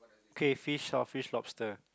K fish or fish lobster